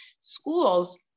schools